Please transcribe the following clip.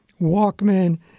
Walkman